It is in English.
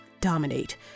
dominate